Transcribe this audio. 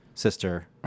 sister